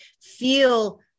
feel